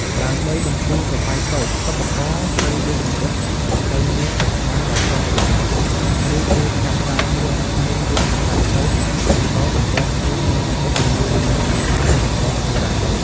ដើម្បីបន្ធូរសរសៃសូត្រ សិប្បករត្រូវយកសំបុកដង្កូវនាងទៅស្ងោរដោយប្រុងប្រយ័ត្ន រួចទើបចាប់ផ្ដើមរឹតទាញយកសរសៃសូត្របន្តបន្ទាប់គ្នាពីសំបុកនីមួយៗ ដោយប្រើឧបករណ៍បុរាណ។